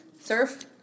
surf